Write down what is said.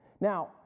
Now